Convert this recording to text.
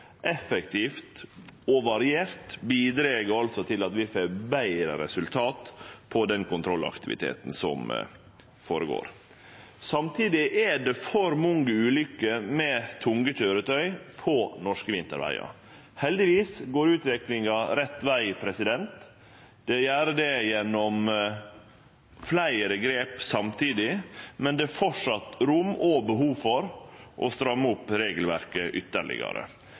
effektivt og variert, bidreg altså til at vi får betre resultat på den kontrollaktiviteten som føregår. Samtidig er det for mange ulukker med tunge køyretøy på norske vintervegar. Heldigvis går utviklinga rett veg. Det gjer det gjennom fleire grep samtidig, men det er fortsatt rom og behov for å stramme opp regelverket ytterlegare.